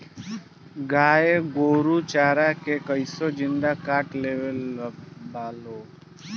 गाय गोरु चारा के कइसो जिन्दगी काट लेवे ला लोग